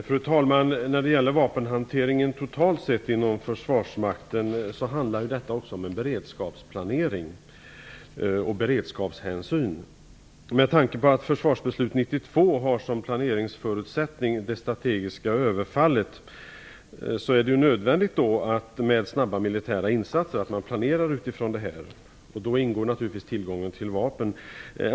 Fru talman! Vapenhanteringen totalt sett inom försvarsmakten handlar också om beredskapsplanering och beredskapshänsyn. Med tanke på att försvarsbeslutet 1992 har det strategiska överfallet som planeringsförutsättning är det nödvändigt med snabba militära insatser. Man planerar utifrån det, och i det ingår naturligtvis tillgången till vapen.